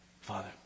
Father